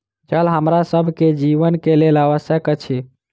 जल हमरा सभ के जीवन के लेल आवश्यक अछि